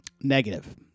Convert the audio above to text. negative